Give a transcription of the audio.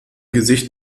gesicht